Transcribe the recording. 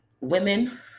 Women